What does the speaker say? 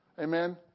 amen